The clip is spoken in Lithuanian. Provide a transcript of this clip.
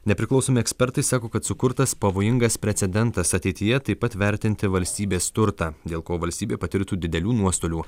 nepriklausomi ekspertai sako kad sukurtas pavojingas precedentas ateityje taip pat vertinti valstybės turtą dėl ko valstybė patirtų didelių nuostolių